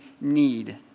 need